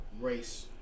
race